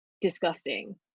disgusting